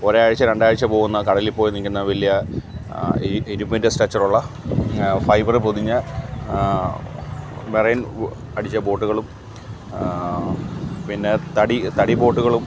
ഒരാഴ്ച്ച രണ്ടാഴ്ച പോവുന്ന കടലിൽപ്പോയി നിൽക്കുന്ന വലിയ ഈ ഇരുമ്പിന്റെ സ്ട്രക്ച്ചർ ഉള്ള ഫൈബറ് പൊതിഞ്ഞ വെറൈന് അടിച്ച ബോട്ട്കളും പിന്നെ തടി തടി ബോട്ട്കളും